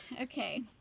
okay